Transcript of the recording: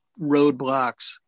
roadblocks